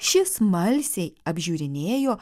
ši smalsiai apžiūrinėjo